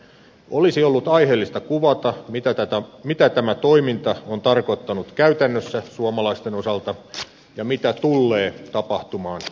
olisi ollut aiheellista kuvata mitä tämä toiminta on tarkoittanut käytännössä suomalaisten osalta ja mitä tullee tapahtumaan jatkossa